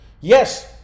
Yes